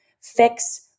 fix